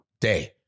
day